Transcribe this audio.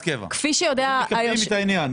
הם מקבעים את העניין.